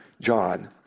John